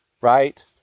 right